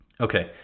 okay